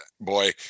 boy